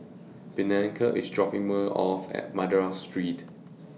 Bianca IS dropping Me off At Madras Street